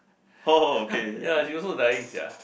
ya she also dying sia